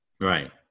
Right